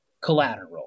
collateral